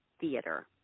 theater